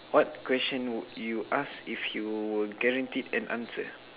what question would you ask if you guaranteed an answer